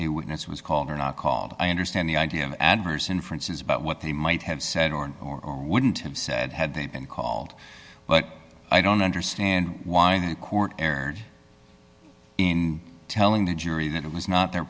a witness was called or not called i understand the idea of adverse inferences about what they might have said or or wouldn't have said had they been called but i don't understand why the court erred in telling the jury that it was not their